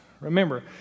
Remember